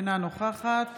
אינה נוכחת